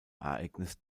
ereignis